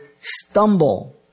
stumble